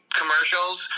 commercials